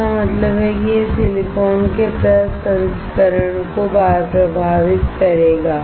इसका मतलब है कि यह सिलिकॉन के प्रसंस्करण को प्रभावित करेगा